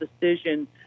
decision